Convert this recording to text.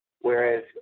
Whereas